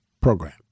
program